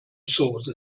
sauce